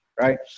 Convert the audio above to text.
right